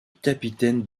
capitaine